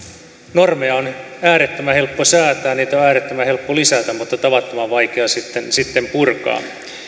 normeja on äärettömän helppo säätää niitä on äärettömän helppo lisätä mutta tavattoman vaikea sitten sitten purkaa